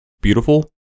beautiful